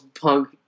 punk